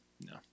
no